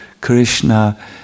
Krishna